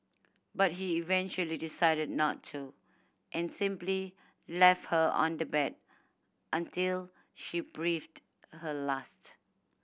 but he eventually decided not to and simply left her on the bed until she breathed her last